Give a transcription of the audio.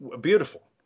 Beautiful